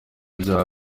bya